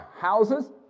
Houses